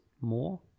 more